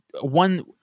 one